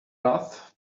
rough